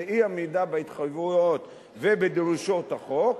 זה אי-עמידה בהתחייבויות ובדרישות החוק,